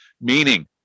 meaning